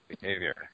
behavior